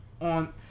on